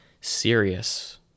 serious